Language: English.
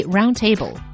Roundtable